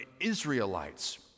Israelites